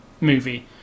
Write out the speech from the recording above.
movie